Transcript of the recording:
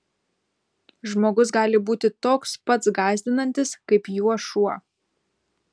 žmogus gali būti toks pats gąsdinantis kaip juo šuo